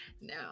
No